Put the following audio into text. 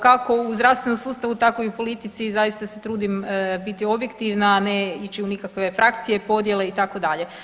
Kako u zdravstvenom sustavu tako i u politici zaista se trudim biti objektivna, a ne ići u nikakve frakcije, podjele itd.